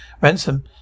Ransom